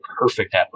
perfect